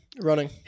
Running